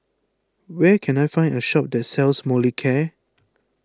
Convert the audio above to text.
where can I find a shop that sells Molicare